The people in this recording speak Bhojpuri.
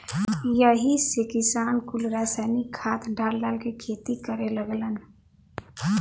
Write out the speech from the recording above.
यही से किसान कुल रासायनिक खाद डाल डाल के खेती करे लगलन